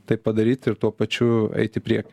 tai padaryt ir tuo pačiu eit į priekį